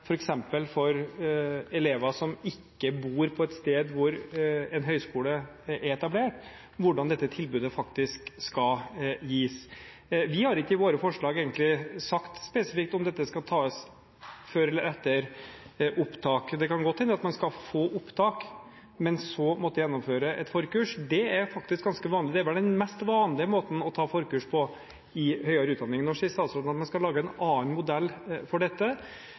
f.eks. for elever som ikke bor på et sted hvor en høyskole er etablert, hvordan dette tilbudet faktisk skal gis. Vi har ikke i våre forslag sagt spesifikt om dette skal tas før eller etter opptak. Det kan godt hende at man skal få opptak, men så måtte gjennomføre et forkurs. Det er faktisk ganske vanlig – det er den mest vanlige måten å ta forkurs på i høyere utdanning. Nå sier statsråden at man skal lage en annen modell for dette.